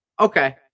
okay